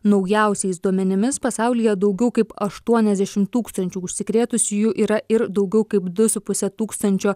naujausiais duomenimis pasaulyje daugiau kaip aštuoniasdešim tūkstančių užsikrėtusiųjų yra ir daugiau kaip du su puse tūkstančio